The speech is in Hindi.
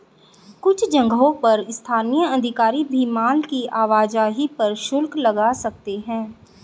कुछ जगहों पर स्थानीय अधिकारी भी माल की आवाजाही पर शुल्क लगा सकते हैं